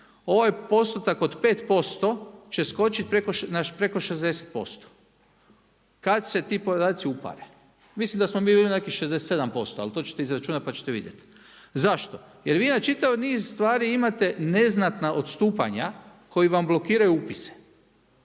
ovaj postotak od 5%, će skočiti preko 60% kad se ti podaci upare. Mislim da smo mi bili na nekih 67%, ali to ćete izračunati pa ćete vidjeti. Zašto? Jer vi na čitav niz stvari imate, neznatna odustajanja koji vam blokiraju upise.